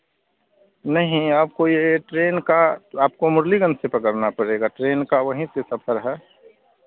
नहीं आपको ये ट्रेन का आपको मुरलीगंज से पकड़ना पड़ेगा ट्रेन का वहीं से सफर है